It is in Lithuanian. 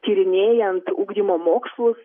tyrinėjant ugdymo mokslus